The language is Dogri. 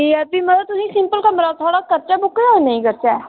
ठीक ऐ भी मतलब तुसें ई सिंपल कमरा थुआढ़ा करचै बुक्क जां नेईं करचै